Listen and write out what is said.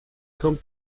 come